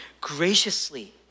graciously